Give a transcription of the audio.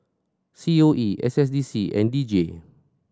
C O E S S D C and D J